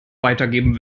weitergeben